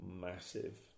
massive